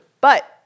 but-